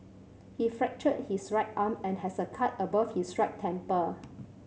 he fractured his right arm and has a cut above his right temple